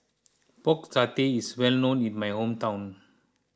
Pork Satay is well known in my hometown